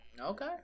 Okay